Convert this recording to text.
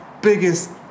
biggest